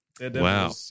Wow